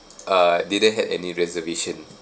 uh didn't had any reservation